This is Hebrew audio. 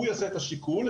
הוא יעשה את השיקול.